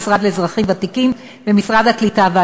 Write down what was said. המשרד לאזרחים ותיקים ומשרד העלייה והקליטה,